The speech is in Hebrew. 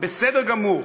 בסדר גמור,